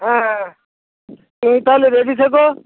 হ্যাঁ হ্যাঁ হ্যাঁ তুমি তালে রেডি থেকো